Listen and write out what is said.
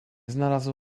znalazł